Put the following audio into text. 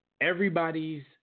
Everybody's